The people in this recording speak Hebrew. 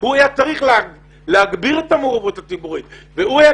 הוא יהיה צריך להגביר את המעורבות הציבורית והוא היה